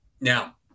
Now